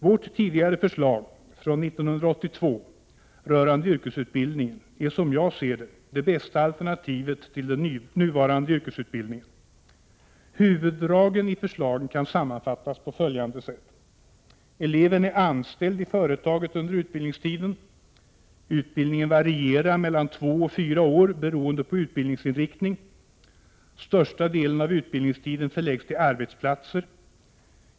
Vårt förslag från 1982 rörande yrkesutbildningen är, som jag ser det, det bästa alternativet till den nuvarande yrkesutbildningen. Huvuddragen i förslaget kan sammanfattas på följande sätt: Utbildningen varierar mellan två och fyra år, beroende på utbildningsinriktning. Största delen av utbildningstiden förläggs till arbetsplatser.